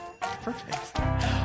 Perfect